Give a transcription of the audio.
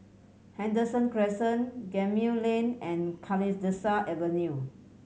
Henderson Crescent Gemmill Lane and Kalidasa Avenue